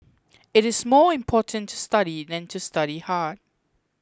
it is more important to study than to study hard